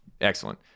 excellent